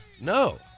No